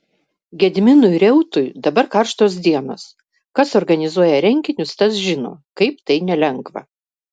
gediminui reutui dabar karštos dienos kas organizuoja renginius tas žino kaip tai nelengva